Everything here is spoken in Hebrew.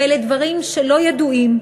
ואלה דברים שלא ידועים.